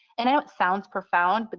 and i know it sounds profound. but